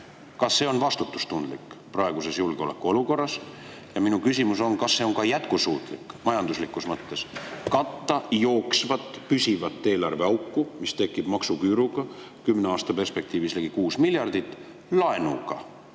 Kas see on vastutustundlik praeguses julgeoleku olukorras? Ja minu küsimus on, kas see on ka majanduslikus mõttes jätkusuutlik, katta jooksvat püsivat eelarveauku, mis tekib maksuküüruga, kümne aasta perspektiivis ligi 6 miljardit, laenuga.